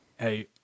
Hey